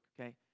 okay